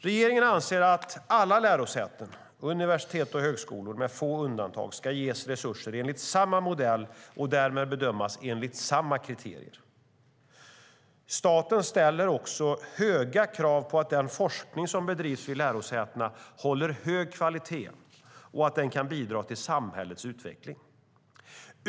Regeringen anser att alla lärosäten - universitet och högskolor - med få undantag ska ges resurser enligt samma modell och därmed bedömas enligt samma kriterier. Staten ställer höga krav på att den forskning som bedrivs vid lärosätena håller hög kvalitet och att den kan bidra till samhällets utveckling.